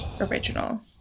original